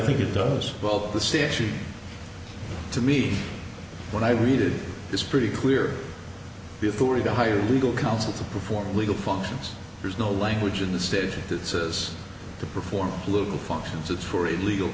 think it does well the station to me when i read it is pretty clear the authority to hire legal counsel to perform legal functions there's no language in the station that says to perform blue functions it's for illegal